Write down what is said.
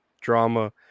drama